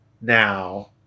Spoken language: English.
now